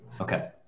Okay